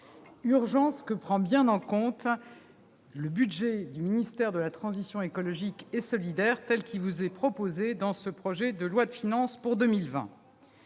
urgence que prend bien en compte le budget du ministère de la transition écologique et solidaire tel qu'il vous est proposé dans le projet de loi de finances pour 2020.